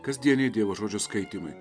kasdieniai dievo žodžio skaitymai